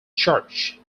church